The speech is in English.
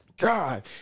god